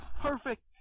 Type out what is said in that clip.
perfect